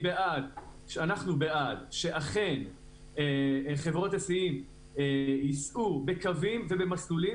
אנחנו בעד שאכן חברות היסעים ייסעו בקווים ובמסלולים